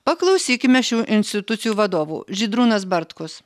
paklausykime šių institucijų vadovų žydrūnas bartkus